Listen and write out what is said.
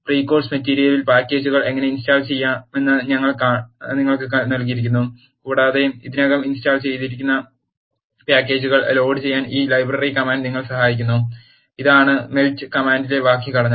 pre course മെറ്റീരിയലിൽ പാക്കേജുകൾ എങ്ങനെ ഇൻസ്റ്റാൾ ചെയ്യാമെന്ന് ഞങ്ങൾ നിങ്ങൾക്ക് നൽകിയിരിക്കുന്നു കൂടാതെ ഇതിനകം ഇൻസ്റ്റാൾ ചെയ്തിട്ടുള്ള പാക്കേജുകൾ ലോഡ് ചെയ്യാൻ ഈ ലൈബ്രറി കമാൻഡ് നിങ്ങളെ സഹായിക്കുന്നു ഇതാണ് മെൽറ്റ് കമന്റിന്റെ വാക്യഘടന